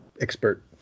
expert